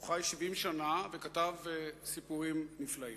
הוא חי 70 שנה וכתב סיפורים נפלאים.